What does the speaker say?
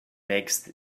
makes